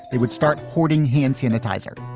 they would start hoarding hand sanitizer.